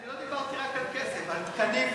אני לא דיברתי רק על כסף, על תקנים,